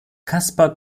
kasper